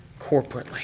corporately